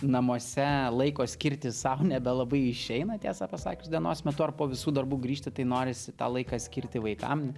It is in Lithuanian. namuose laiko skirti sau nebelabai išeina tiesą pasakius dienos metu ar po visų darbų grįžti tai norisi tą laiką skirti vaikam